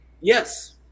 Yes